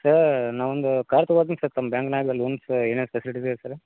sir ನಾವೊಂದು car ತಗೊತೀನಿ sir ತಮ್ಮ ಬ್ಯಾಂಕ್ನಾಗೆ ಲೋನ್ಸ ಏನು ಫೆಸ್ಲಿಟಿ ಇದೆಯಾ ಸರ್ರ